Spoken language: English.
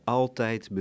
altijd